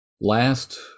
last